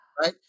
right